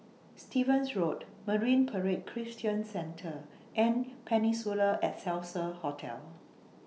Stevens Road Marine Parade Christian Centre and Peninsula Excelsior Hotel